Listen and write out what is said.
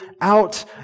out